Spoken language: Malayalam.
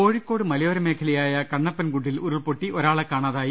കോഴിക്കോട് മലയോര മേഖലയായ കണ്ണപ്പൻകുണ്ടിൽ ഉരുൾപൊട്ടി ഒരാളെ കാണാതായി